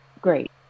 great